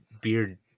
beard